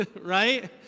right